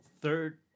Third